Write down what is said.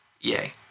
Yay